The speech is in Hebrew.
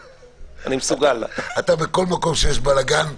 הוא צריך להיות עורך דין,